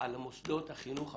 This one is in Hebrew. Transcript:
על מוסדות החינוך הממלכתיים.